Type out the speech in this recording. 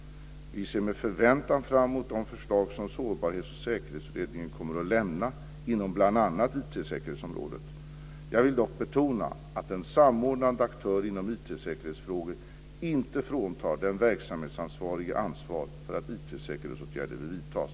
Vi ser med förväntan fram mot de förslag som Sårbarhets och säkerhetsutredningen kommer att lämna inom bl.a. IT säkerhetsområdet. Jag vill dock betona att en samordnande aktör inom IT-säkerhetsfrågor inte fråntar den verksamhetsansvarige ansvar för att IT säkerhetsåtgärder vidtas.